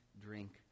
drink